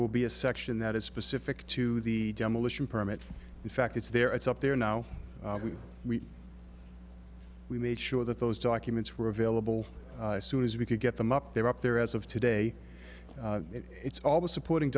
will be a section that is specific to the demolition permit in fact it's there it's up there now we we made sure that those documents were available soon as we could get them up there up there as of today it's all the supporting